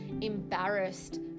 embarrassed